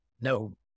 no